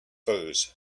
firs